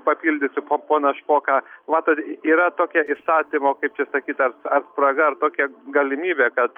papildysiu po poną špoką matote yra tokia įstatymo kaip čia sakyt ar ar spraga ar tokia galimybė kad